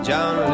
John